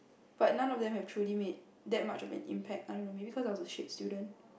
but none of them have truly made that much of an impact I don't know maybe cause I was a shit student